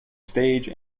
stage